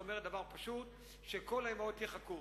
שאומרת דבר פשוט: שכל האמהות יחכו.